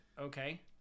Okay